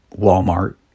Walmart